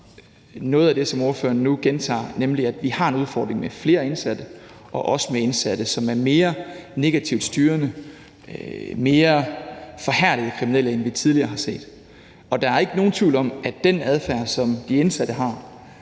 noget af det, som spørgeren nu gentager, nemlig at vi har en udfordring med flere indsatte og også med indsatte, som er mere negativt styrende, mere forhærdede kriminelle, end vi tidligere har set. Og der er ikke nogen tvivl om, at den adfærd, som de indsatte har,